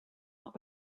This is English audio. not